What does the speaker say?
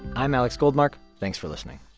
i'm alex goldmark. thanks for listening